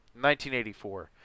1984